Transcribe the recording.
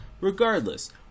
regardless